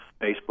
Facebook